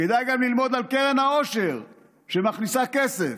כדאי גם ללמוד על קרן העושר שמכניסה כסף.